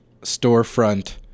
storefront